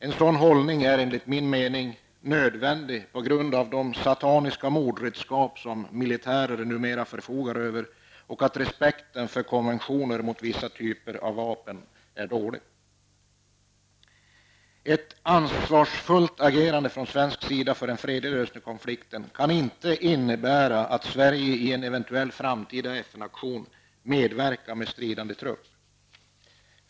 En sådan hållning är enligt min mening nödvändig på grund av de sataniska mordredskap som militär numera förfogar över och på grund av att konventioner mot vissa typer av vapen respekteras dåligt. Ett ansvarsfullt agerande från svensk sida för en fredlig lösning av konflikten kan inte innebära att Sverige i en eventuell framtida FN-aktion medverkar med stridande trupp.